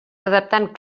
adaptant